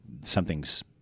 something's